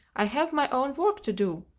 i have my own work to do.